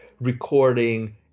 recording